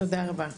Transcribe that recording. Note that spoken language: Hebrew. תודה רבה.